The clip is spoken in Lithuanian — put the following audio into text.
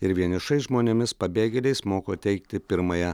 ir vienišais žmonėmis pabėgėliais moko teikti pirmąją